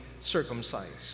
circumcised